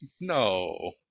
No